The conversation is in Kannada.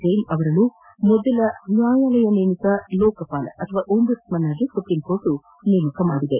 ಜೈನ್ ಅವರನ್ನು ಮೊದಲ ನ್ನಾಯಾಲಯ ನೇಮಿತ ಲೋಕಪಾಲ ಅಥವಾ ಓಂಬುಡ್ಸ್ಮನ್ ಆಗಿ ಸುಪ್ರೀಂಕೋರ್ಟ್ ನೇಮಿಸಿದೆ